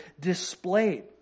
displayed